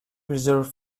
reserve